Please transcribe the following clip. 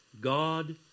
God